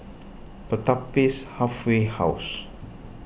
Pertapis Halfway House